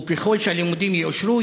וככל שהלימודים יאושרו,